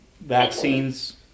vaccines